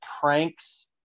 pranks